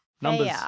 numbers